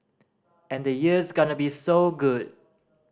and the year's gonna be so good